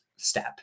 step